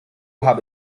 habe